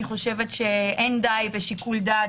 אני חושבת שאין די בשיקול דעת,